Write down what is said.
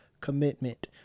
commitment